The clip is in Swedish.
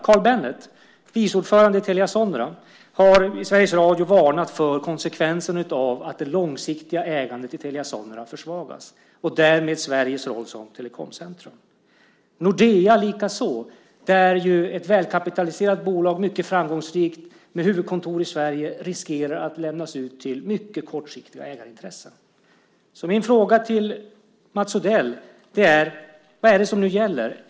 Carl Bennet, vice ordförande i Telia Sonera, har i Sveriges Radio varnat för konsekvensen av att det långsiktiga ägandet i Telia Sonera, och därmed Sveriges roll som telekomcentrum, försvagas. Det är likadant med Nordea, där ett välkapitaliserat, mycket framgångsrikt bolag med huvudkontor i Sverige riskerar att lämnas ut till mycket kortsiktiga ägarintressen. Min fråga till Mats Odell är: Vad är det som nu gäller?